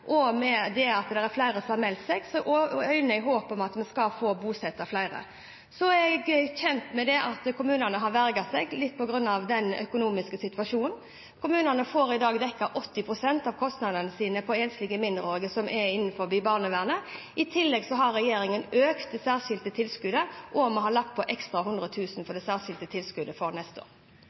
og ved at det er flere som har meldt seg – øyner håp om at vi skal få bosatt flere. Så er jeg kjent med at kommunene har vegret seg litt på grunn av den økonomiske situasjonen. Kommunene får i dag dekket 80 pst. av kostnadene sine til enslige mindreårige som er innenfor barnevernet. I tillegg har regjeringen økt det særskilte tilskuddet, og vi har lagt inn 100 000 kr ekstra til det særskilte tilskuddet for neste år.